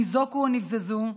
ניזוקו או נבזזו,